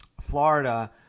Florida